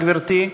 גברתי.